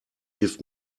give